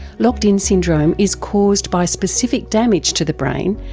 locked-in syndrome is caused by specific damage to the brain,